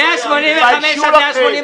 תתביישו לכם.